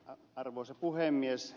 arvoisa puhemies